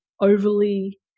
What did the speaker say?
overly